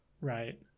right